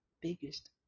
biggest